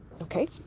Okay